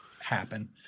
happen